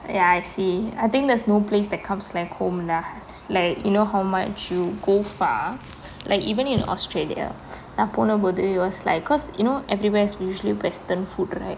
ya I see I think there's no place that comes like home lah like you know how much you go far like even in australia நான் போன போது:naan pona pothu was like cause you know everywhere is usually western food right